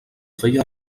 feia